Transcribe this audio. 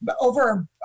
over